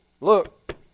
look